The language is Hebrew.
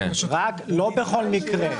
לא בכל מקרה,